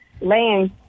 laying